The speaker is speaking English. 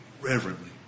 reverently